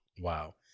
wow